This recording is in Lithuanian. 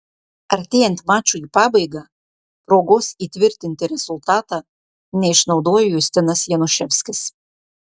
artėjant mačui į pabaigą progos įtvirtinti rezultatą neišnaudojo justinas januševskis